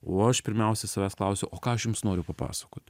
o aš pirmiausia savęs klausiu o ką aš jums noriu papasakot